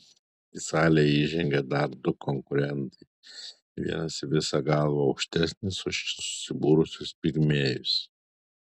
į salę įžengia dar du konkurentai vienas visa galva aukštesnis už čia susibūrusius pigmėjus